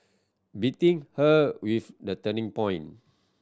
beating her with the turning point